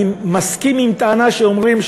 אני מסכים עם הטענה שאומרים,